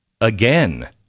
Again